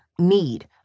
need